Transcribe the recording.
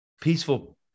peaceful